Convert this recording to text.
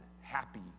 happy